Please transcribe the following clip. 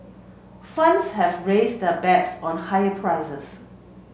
funds have raised their bets on higher prices